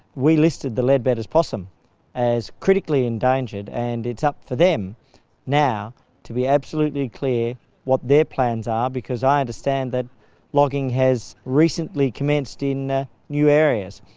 we listed the leadbeater's possum as critically endangered, and it's up to them now to be absolutely clear what their plans are, because i understand that logging has recently commenced in new areas,